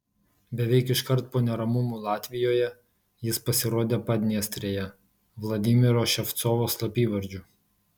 beveik iškart po neramumų latvijoje jis pasirodė padniestrėje vladimiro ševcovo slapyvardžiu